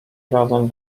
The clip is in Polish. razem